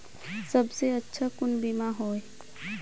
सबसे अच्छा कुन बिमा होय?